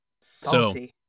Salty